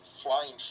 flying